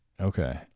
Okay